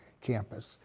campus